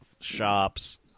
shops